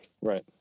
right